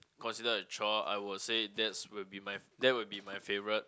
consider a chore I would say that's will be mine that would be my favourite